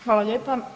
Hvala lijepa.